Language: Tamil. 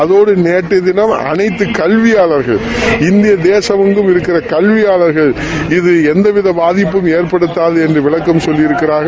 அதோடு நேற்றைய தினம் அளைத்து கல்வியாளர்கள் இந்திய தேசம் முழுவதும் இருக்கின்ற இகல்வியாளர்கள் இது எந்தவிதமான பாதிப்பும் ஏற்படுத்தாது என்று விளக்கம் சொல்லியிருக்கிறார்கள்